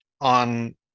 on